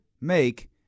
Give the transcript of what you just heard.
make